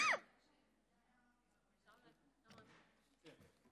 שאלת המשך.